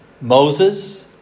Moses